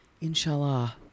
Inshallah